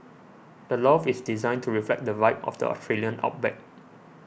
the loft is designed to reflect the vibe of the Australian outback